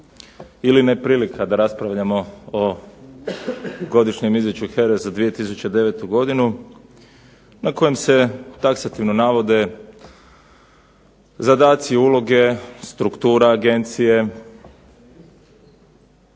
ili neprilika da raspravljamo o godišnjem izvješću HERA-e za 2009. godinu na kojem se taksativno navode zadaci i uloga struktura agencije,